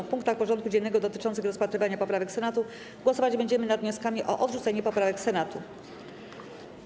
W punktach porządku dziennego dotyczących rozpatrywania poprawek Senatu głosować będziemy nad wnioskami o odrzucenie poprawek Senatu.